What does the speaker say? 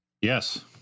Yes